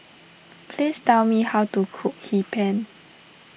please tell me how to cook Hee Pan